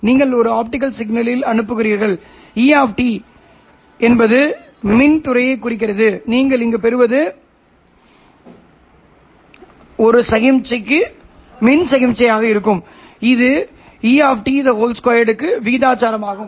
நீங்கள் ஒரு ஆப்டிகல் சிக்னலில் அனுப்புகிறீர்கள் E எங்கே மின் துறையை குறிக்கிறது நீங்கள் இங்கு பெறுவது ஒரு சமிக்ஞை மின் சமிக்ஞையாக இருக்கும் இது | E | 2 க்கு விகிதாசாரமாகும்